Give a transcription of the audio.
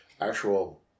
actual